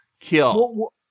kill